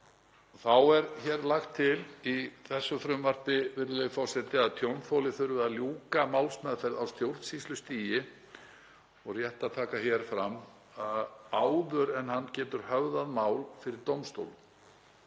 Þá er lagt til í þessu frumvarpi, virðulegi forseti, að tjónþoli þurfi að ljúka málsmeðferð á stjórnsýslustigi, og rétt að taka hér fram að áður en hann getur höfðað mál fyrir dómstólum